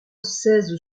seize